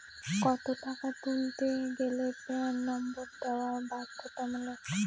কত টাকা তুলতে গেলে প্যান নম্বর দেওয়া বাধ্যতামূলক?